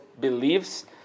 believes